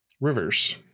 Rivers